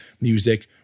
music